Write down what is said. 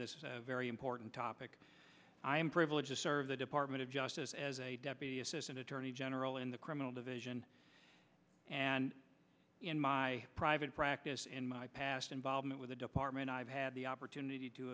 this very important topic i am privileged to serve the department of justice as a deputy assistant attorney general in the criminal division and in my private practice in my past involvement with the department i have had the opportunity to